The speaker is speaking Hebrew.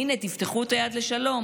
הינה, תפתחו את היד לשלום.